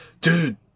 dude